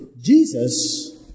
Jesus